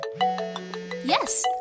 Yes